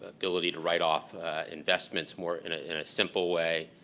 ability to write-off investments more in a simple way.